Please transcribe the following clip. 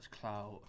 clout